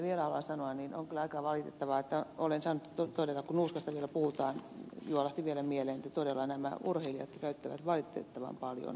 vielä haluan sanoa että on kyllä aika valitettavaa että olen saanut todeta kun nuuskasta vielä puhutaan juolahti vielä mieleen että todella urheilijat käyttävät valitettavan paljon nuuskaa